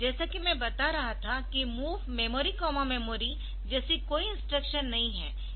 जैसा कि मैं बता रहा था कि MOV memory memory MOV memory memory जैसी कोई इंस्ट्रक्शन नहीं है